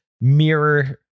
mirror